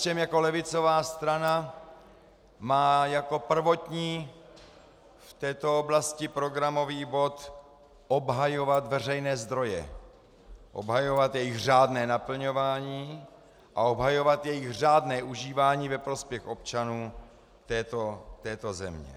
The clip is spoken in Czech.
KSČM jako levicová strana má jako prvotní v této oblasti programový bod obhajovat veřejné zdroje, obhajovat jejich řádné naplňování a obhajovat jejich řádné užívání ve prospěch občanů této země.